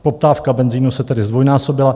Poptávka po benzinu se tedy zdvojnásobila.